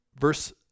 Verse